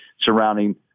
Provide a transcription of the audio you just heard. surrounding